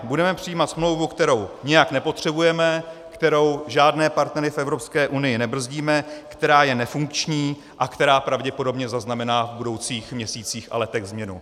Budeme přijímat smlouvu, kterou nijak nepotřebujeme, kterou žádné partnery v Evropské unii nebrzdíme, která je nefunkční a která pravděpodobně zaznamená v budoucích měsících a letech změnu.